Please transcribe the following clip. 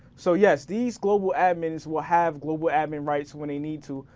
so yes, these global admins will have global admin rights when they need to,